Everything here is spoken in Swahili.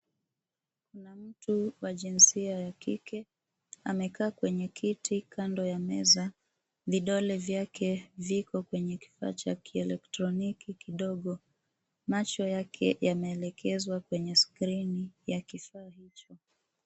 Kuna mtu wa jinsia ya kike, amekaa kwenye kiti kando ya meza. Vidole vyake viko kwenye kifaa cha kieletroniki kidogo, macho yake yameelekezwa kwenye skrini, ya kifaa hicho.